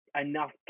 enough